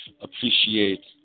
appreciate